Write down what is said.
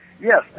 Yes